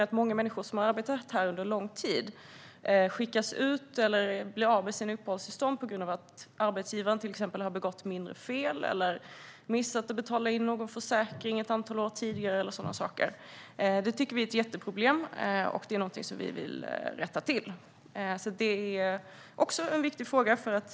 Att många människor som under lång tid har arbetat här skickas ut eller blir av med sina uppehållstillstånd på grund av att arbetsgivaren exempelvis har begått mindre fel, missat att betala in någon försäkring ett antal år tidigare eller liknande är ett jätteproblem. Detta vill vi rätta till, för även det här är en viktig fråga.